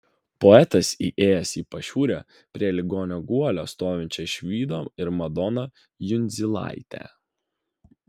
poetas įėjęs į pašiūrę prie ligonio guolio stovinčią išvydo ir madoną jundzilaitę